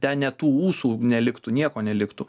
ten net tų ūsų neliktų nieko neliktų